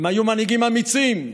הם היו מנהיגים אמיצים,